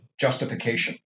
justification